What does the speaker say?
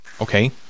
Okay